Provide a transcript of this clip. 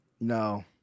no